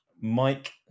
Mike